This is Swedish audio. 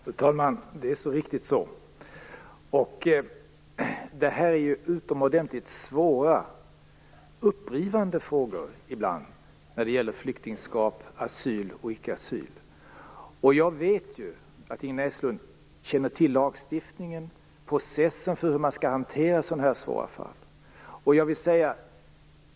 Fru talman! Frågorna om flyktingskap, asyl och icke-asyl är ju utomordentligt svåra och upprivande ibland. Jag vet att Ingrid Näslund känner till lagstiftningen, processen för hur man skall hantera sådana här svåra fall.